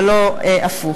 ולא הפוך.